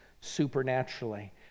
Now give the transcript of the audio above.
supernaturally